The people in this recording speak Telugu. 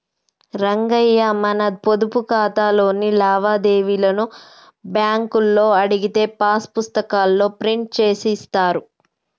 రంగయ్య మన పొదుపు ఖాతాలోని లావాదేవీలను బ్యాంకులో అడిగితే పాస్ పుస్తకాల్లో ప్రింట్ చేసి ఇస్తారు